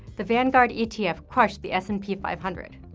the vanguard etf crushed the s and p five hundred.